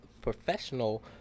professional